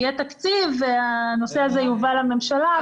יהיה תקציב והנושא הזה יובא לממשלה.